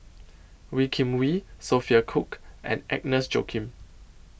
Wee Kim Wee Sophia Cooke and Agnes Joaquim